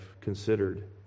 considered